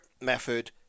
Method